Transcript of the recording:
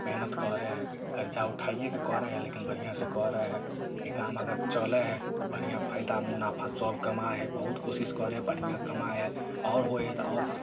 मेहनत करै हइ कर्जा उठाइएके करै हइ लेकिन बढ़िऑं से करै हइ ई काम अगर चलै हइ तऽ बढ़िऑ फैदा मुनाफा सब कमा हइ बहुत कोशिश करऽ हइ बढ़ियाँ कमा हइ आओर होइ हइ तऽ आओर